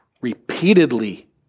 repeatedly